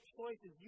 choices